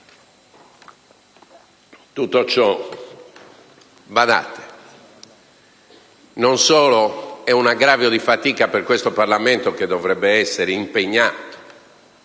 Tutto ciò - badate - è non solo un aggravio di fatica per questo Parlamento che dovrebbe essere impegnato